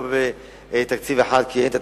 זה לא בתקציב אחד כי אין לנו,